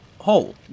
hole